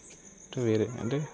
అంటే వేరే అంటే